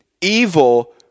evil